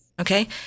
Okay